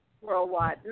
worldwide